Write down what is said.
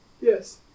Yes